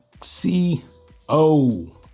C-O